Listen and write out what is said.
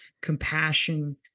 compassion